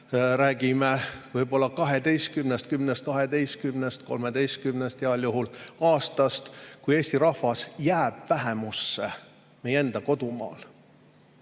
räägime võib-olla 10, 12, heal juhul 13 aastast, kui Eesti rahvas jääb vähemusse meie enda kodumaal.